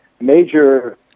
major